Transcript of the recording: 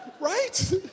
Right